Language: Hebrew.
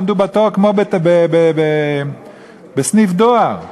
עמדו בתור כמו בסניף דואר.